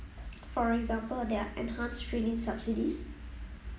for example there are enhanced training subsidies